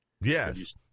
Yes